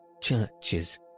churches